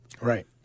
Right